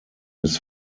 his